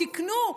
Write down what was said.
תקנו,